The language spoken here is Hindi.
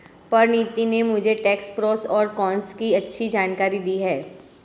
परिनीति ने मुझे टैक्स प्रोस और कोन्स की अच्छी जानकारी दी है